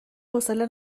حوصله